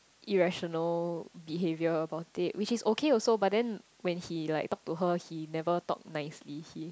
irrational behaviour about it which is okay also but then when he like talk to her he never talk nicely he